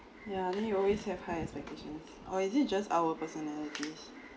ya then you always have high expectation or is it just our personalities